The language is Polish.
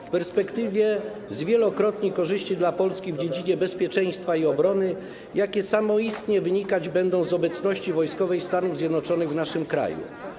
W perspektywie zwielokrotni to korzyści dla Polski w dziedzinie bezpieczeństwa i obrony, jakie samoistnie wynikać będą z obecności wojskowej Stanów Zjednoczonych w naszym kraju.